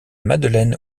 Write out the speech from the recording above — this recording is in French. madeleine